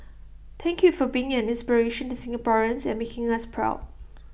thank you for being an inspiration to Singaporeans and making us proud